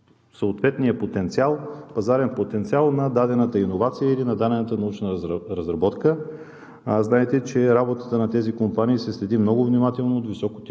съответния пазарен потенциал на дадената иновация или на дадената научна разработка. Знаете, че работата на тези компании се следи много внимателно от такъв тип